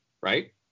right